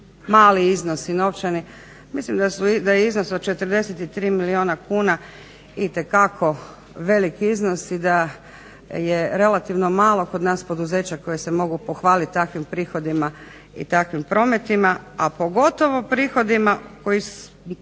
mali iznosi novčani. Mislim da je iznos od 43 milijuna kuna itekako velik iznos i da je relativno malo kod nas poduzeća koja se mogu pohvaliti takvim prihodima i takvim prometima, a pogotovo prihodima koji više